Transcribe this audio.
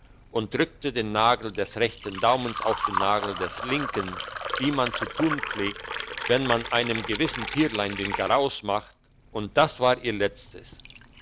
und drückte den nagel des rechten daumens auf den nagel des linken wie man zu tun pflegt wenn man einem gewissen tierlein den garaus macht und das war ihr letztes